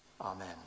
Amen